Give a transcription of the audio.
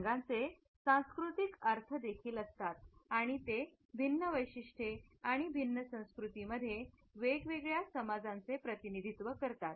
रंगांचे सांस्कृतिक अर्थ देखील असतात आणि ते भिन्न वैशिष्ट्ये आणि भिन्न संस्कृतींमध्ये वेगवेगळ्या समाजांचे प्रतिनिधित्व करतात